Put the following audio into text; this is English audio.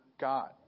God